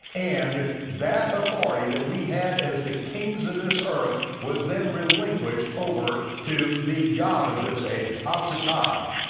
and that authority that we had as the kings of this earth was then relinquished over to the god of this age, ha-satan.